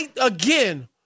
again